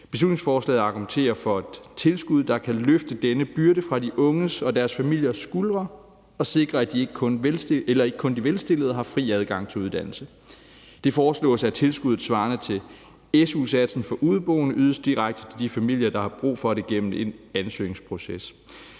Beslutningsforslaget argumenterer for et tilskud, der kan løfte denne byrde fra de unges og deres familiers skuldre og sikre, at ikke kun de velstillede har fri adgang til uddannelse. Det foreslås, at tilskuddet svarende til su-satsen for udeboende ydes direkte til de familier, der har brug for det gennem en ansøgningsproces.